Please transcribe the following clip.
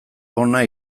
hona